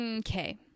Okay